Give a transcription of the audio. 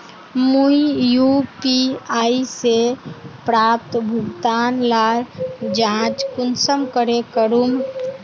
मुई यु.पी.आई से प्राप्त भुगतान लार जाँच कुंसम करे करूम?